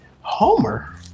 Homer